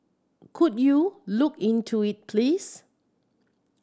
could you look into it please